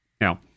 Now